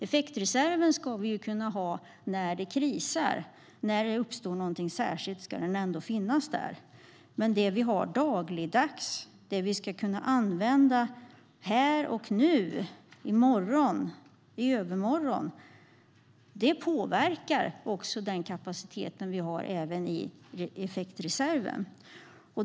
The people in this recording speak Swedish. Effektreserven ska vi kunna ha när det krisar. När det uppstår något särskilt ska den finnas där. Men det vi har dagligdags, det som vi ska kunna använda här och nu, i morgon och i övermorgon, påverkar också den kapacitet vi har i effektreserven.